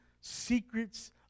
secrets